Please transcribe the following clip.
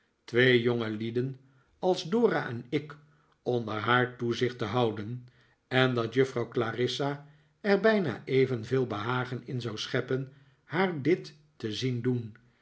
twee jonge gelieven als dora en ik onder haar toezicht te houden en dat juffrouw clarissa er bijna evenveel behagen in zou scheppen haar dit te zien doen